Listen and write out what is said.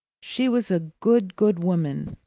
she was a good, good woman!